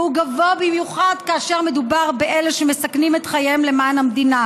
והוא גבוה במיוחד כאשר מדובר באלה שמסכנים את חייהם למען המדינה.